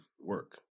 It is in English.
work